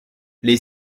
les